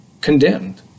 condemned